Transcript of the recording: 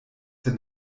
der